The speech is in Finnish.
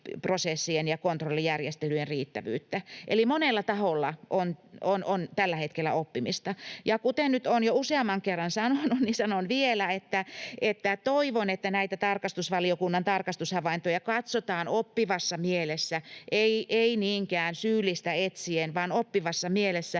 ja kontrollijärjestelyjen riittävyyttä. Eli monella taholla on tällä hetkellä oppimista. Ja kuten nyt olen jo useamman kerran sanonut, niin sanon vielä, että toivon, että näitä tarkastusvaliokunnan tarkastushavaintoja katsotaan oppivassa mielessä — ei niinkään syyllistä etsien, vaan oppivassa mielessä